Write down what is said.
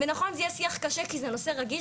ונכון שזה יהיה שיח קשה כי זה נושא רגיש